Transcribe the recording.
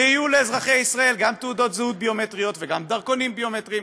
ויהיו לאזרחי ישראל גם תעודות זהות ביומטריות וגם דרכונים ביומטריים,